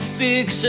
fix